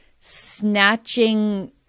snatching